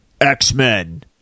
X-Men